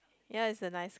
ya it's nice